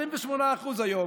28% היום